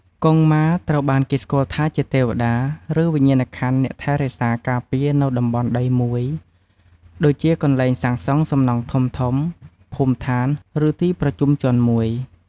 កុងម៉ាត្រូវបានគេស្គាល់ថាជាទេវតា ឬវិញ្ញាណក្ខន្ធអ្នកថែរក្សាការពារនៅតំបន់ដីមួយ ដូចជាកន្លែងសាងសង់សំណង់ធំៗ ភូមិឋាន ឬទីប្រជុំជនមួយ។